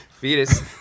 Fetus